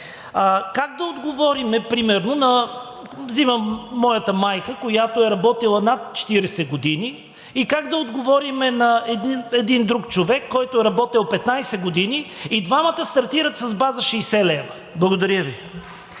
как да отговорим примерно на... взимам моята майка, която е работила над 40 години, и как да отговорим на един друг човек, който е работил 15 години, и двамата стартират с база 60 лв.?! Благодаря Ви.